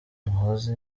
muhoozi